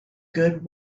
good